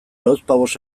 lauzpabost